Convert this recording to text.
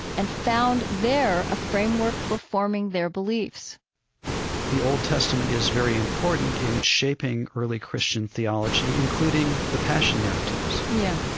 and found there a framework for forming their beliefs the old testament is very important in shaping early christian theology, including the passion narratives yeah.